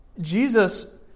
Jesus